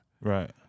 Right